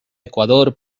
ecuador